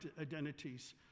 identities